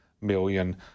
million